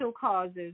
causes